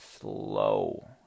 slow